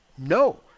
No